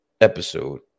episode